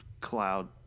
cloud